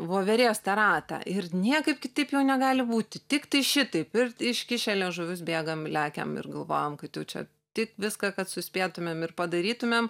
voverės ratą ir niekaip kitaip jau negali būti tiktai šitaip ir iškišę liežuvius bėgam lekiam ir galvojam kad jau čia tik viską kad suspėtumėm ir padarytumėm